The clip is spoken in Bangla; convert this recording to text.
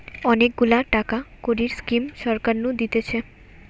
অনেক গুলা টাকা কড়ির স্কিম সরকার নু দিতেছে